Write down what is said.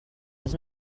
els